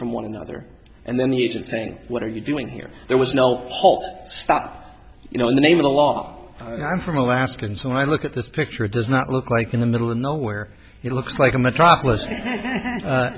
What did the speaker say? from one another and then the agent saying what are you doing here there was no pulse stop you know the name of the law and i'm from alaska and so when i look at this picture it does not look like in the middle of nowhere it looks like a metropolis